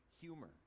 humor